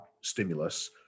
stimulus